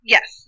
Yes